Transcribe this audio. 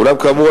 אולם כאמור,